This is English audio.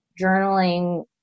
journaling